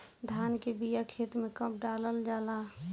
धान के बिया खेत में कब डालल जाला?